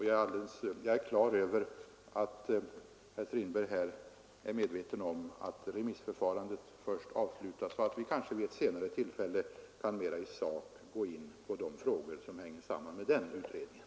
Jag har klart för mig att herr Strindberg är medveten om att remissförfarandet först måste avslutas, innan vi kan mera i sak gå in på de frågor som hänger samman med utredningen.